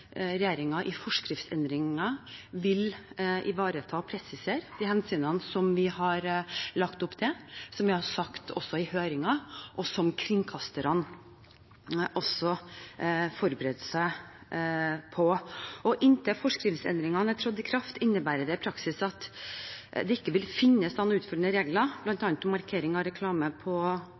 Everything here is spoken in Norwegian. har lagt opp til, som vi også sa i høringen, og som kringkasterne også forbereder seg på. Inntil forskriftendringene har trådt i kraft, innebærer det i praksis at det ikke vil finnes sånne utfyllende regler, bl.a. om markering av reklame på